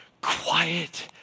quiet